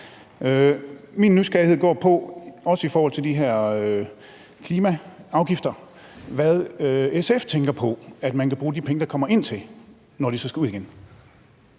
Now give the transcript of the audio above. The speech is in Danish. Min nysgerrighed går på de her klimaafgifter, altså hvad SF tænker man kan bruge de penge, der kommer ind, til, når de så skal ud igen.